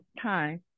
time